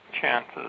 chances